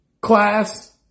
Class